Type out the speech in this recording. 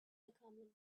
becoming